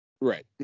Right